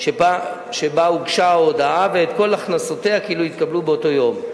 שבה הוגשה ההודעה ואת כל הכנסותיה כאילו התקבלו באותו יום,